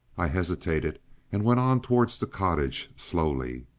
i hesitated and went on towards the cottage, slowly.